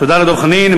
תודה לדב חנין.